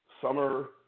Summer